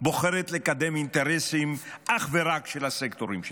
בוחרת לקדם אינטרסים אך ורק של הסקטורים שלה.